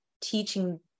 teaching